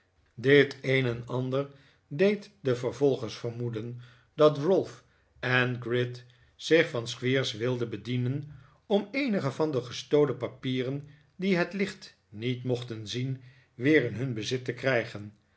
dit een en ander deed de vervolgers vermoeden dat ralph en gride zich van squeers wilden bedienen om eenige van de gestolen papieren die het licht niet mochten zien weer in hun bezit te krijgen